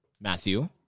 Matthew